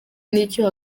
n’icyo